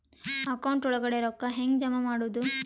Account ಒಳಗಡೆ ರೊಕ್ಕ ಹೆಂಗ್ ಜಮಾ ಮಾಡುದು?